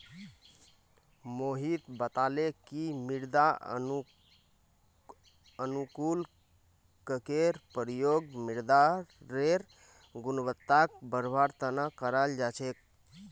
मोहित बताले कि मृदा अनुकूलककेर प्रयोग मृदारेर गुणवत्ताक बढ़वार तना कराल जा छेक